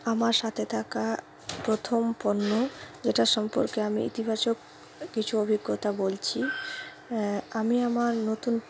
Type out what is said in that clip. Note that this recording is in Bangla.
আমার সাথে থাকা প্রথম পণ্য যেটা সম্পর্কে আমি ইতিবাচক কিছু অভিজ্ঞতা বলছি আমি আমার নতুন